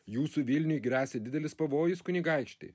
jūsų vilniui gresia didelis pavojus kunigaikšti